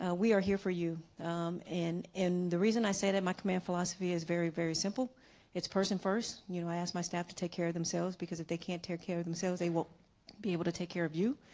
ah we are here for you and and the reason i say that my command philosophy is very very simple it's person first. you know i ask my staff to take care of themselves because if they can't take care of themselves they won't be able to take care of you.